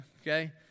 Okay